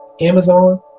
amazon